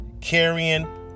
Carrying